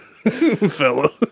Fellow